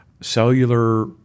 cellular